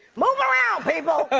move around, people!